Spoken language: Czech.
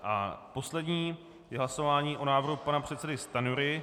A poslední je hlasování o návrhu pana předsedy Stanjury.